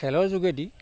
খেলৰ যোগেদি